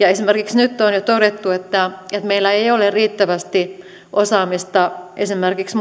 esimerkiksi nyt on jo todettu että meillä ei ole riittävästi osaamista esimerkiksi